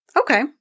Okay